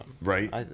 Right